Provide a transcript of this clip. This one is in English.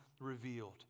revealed